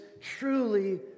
truly